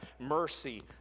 mercy